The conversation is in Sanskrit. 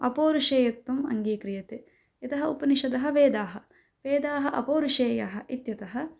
अपौरुषेयत्वम् अङ्गीक्रियते यतः उपनिषदः वेदाः वेदाः अपौरुषेयः इत्यतः